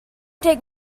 take